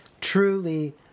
Truly